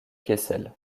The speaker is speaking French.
kessel